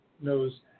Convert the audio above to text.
knows